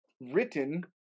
written